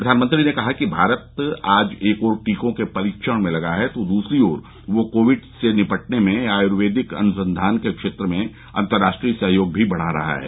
प्रधानमंत्री ने कहा कि भारत आज एक ओर टीकों के परीक्षण में लगा है तो दूसरी ओर वह कोविड से निपटने में आयूर्वेदिक अनुसंधान के क्षेत्र में अंतर्राष्ट्रीय सहयोग भी बढा रहा है